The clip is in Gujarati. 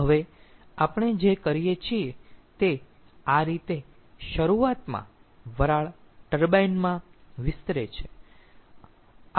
હવે આપણે જે કરીએ છીએ તે આ રીતે શરૂઆતમાં વરાળ ટર્બાઇન માં વિસ્તરે છે